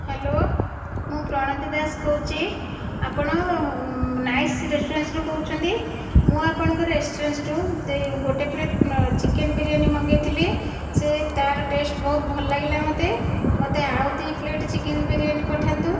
hello ମୁଁ ପ୍ରଣତି ଦାସ କହୁଛି ଆପଣ ନାଇସ୍ ରେଷ୍ଟୁରାଣ୍ଟରୁ କହୁଛନ୍ତି ମୁଁ ଆପଣଙ୍କ ରେଷ୍ଟୁରାଣ୍ଟରୁ ଗୋଟିଏ ପ୍ଲେଟ୍ ଚିକେନ୍ ବିରିୟାନୀ ମଗାଇଥିଲି ସେ ତା'ର ଟେଷ୍ଟ ବହୁତ ଭଲଲାଗିଲା ମୋତେ ମୋତେ ଆଉ ଦୁଇ ପ୍ଲେଟ୍ ଚିକେନ୍ ବିରିୟାନୀ ପଠାନ୍ତୁ